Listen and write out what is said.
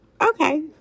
Okay